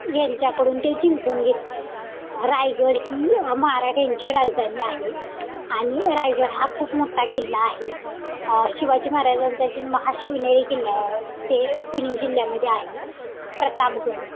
यांच्याकडून ते जिंकून घेतले रायगड ही मराठ्यांची राजधानी आहे आणि रायगड हा खूप मोठा किल्ला आहे शिवाजी महाराजांचा जन्म हा शिवनेरी किल्ला ते पुणे जिल्ह्यामध्ये आहे प्रतापगड